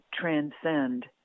transcend